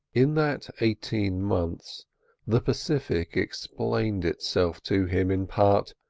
in that eighteen months the pacific explained itself to him in part,